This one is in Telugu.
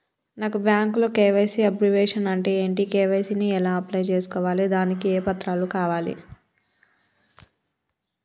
నాకు బ్యాంకులో కే.వై.సీ అబ్రివేషన్ అంటే ఏంటి కే.వై.సీ ని ఎలా అప్లై చేసుకోవాలి దానికి ఏ పత్రాలు కావాలి?